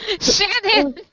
Shannon